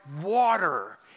water